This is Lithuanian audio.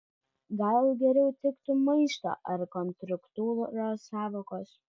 gal geriau tiktų maišto ar kontrkultūros sąvokos